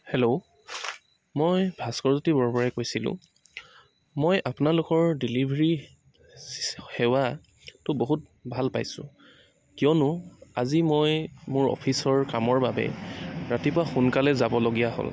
hello মই ভাস্কৰ জ্যোতি বৰবৰাই কৈছিলোঁ মই আপোনালোকৰ ডেলিভাৰী সেৱাটো বহুত ভাল পাইছোঁ কিয়নো আজি মই মোৰ অফিচৰ কামৰ বাবে ৰাতিপুৱা সোনকালে যাবলগীয়া হ'ল